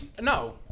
No